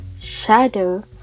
shadow